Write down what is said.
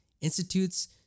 institutes